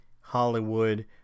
Hollywood